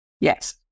Yes